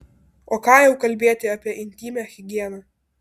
o ką jau kalbėti apie intymią higieną